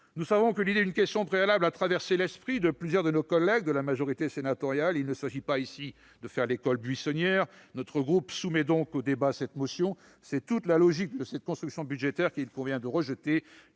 question préalable est une idée qui a traversé l'esprit de plusieurs de nos collègues de la majorité sénatoriale. Il ne s'agit pas de faire l'école buissonnière ; notre groupe soumet donc cette motion au débat. C'est toute la logique de cette construction budgétaire qu'il convient de rejeter.